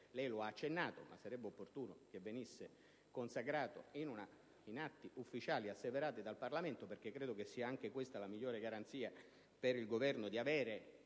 lei lo ha accennato, ma sarebbe opportuno che venisse consacrato in atti ufficiali asseverati dal Parlamento, perché credo che sia anche questa la migliore garanzia per il Governo di avere